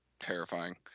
terrifying